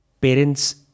parents